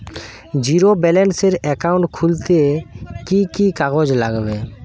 Zero ব্যালেন্সের account খুলতে কি কি কাগজ লাগবে?